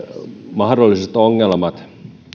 mahdolliset ongelmat